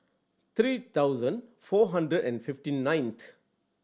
three thousand four hundred and fifty ninth